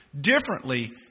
differently